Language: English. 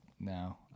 No